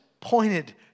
pointed